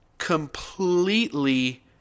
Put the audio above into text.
completely